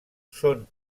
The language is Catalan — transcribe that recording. són